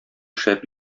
шәп